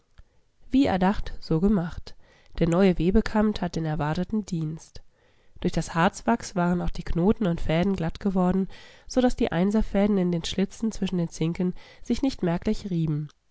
wie erdacht so gemacht der neue webekamm tat den erwarteten dienst durch das harzwachs waren auch die knoten und fäden glatt geworden so daß die einserfäden in den schlitzen zwischen den zinken sich nicht merklich rieben